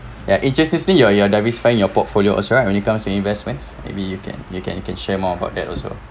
ya it just just think you are you are diversifying your portfolio also right when it comes to investments maybe you can you can you can share more about that also